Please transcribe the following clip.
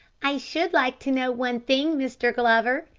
i should like to know one thing, mr. glover,